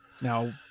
Now